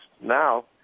now